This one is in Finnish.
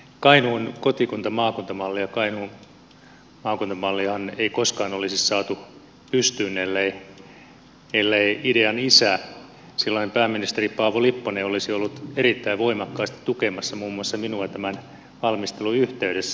kainuun kotikuntamaakunta mallia ja kainuun maakuntamalliahan ei koskaan olisi saatu pystyyn ellei idean isä silloinen pääministeri paavo lipponen olisi ollut erittäin voimakkaasti tukemassa muun muassa minua tämän valmistelun yhteydessä